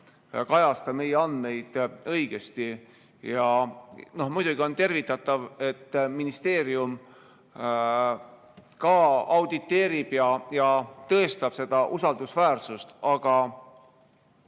kajasta meie andmeid õigesti. Muidugi on tervitatav, et ministeerium ka auditeerib ja tõestab seda usaldusväärsust, aga